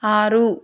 ఆరు